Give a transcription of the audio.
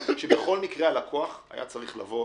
שבכל מקרה הלקוח היה צריך לבוא